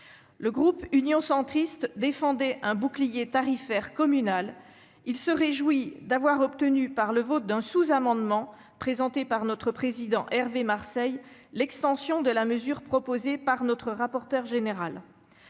Le groupe Union Centriste défendait un « bouclier tarifaire communal ». Il se réjouit d'avoir obtenu, par l'adoption d'un sous-amendement présenté par son président Hervé Marseille, l'extension de la mesure proposée par le rapporteur général